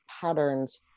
patterns